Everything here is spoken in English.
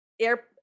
air